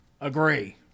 Agree